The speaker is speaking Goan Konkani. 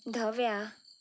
धव्या